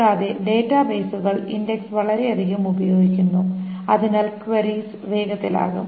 കൂടാതെ ഡാറ്റാബേസുകൾ ഇൻഡെക്സ് വളരെയധികം ഉപയോഗിക്കുന്നു അതിനാൽ കൊയ്റീസ് വേഗത്തിലാകും